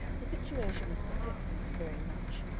her situation was perplexing her very much,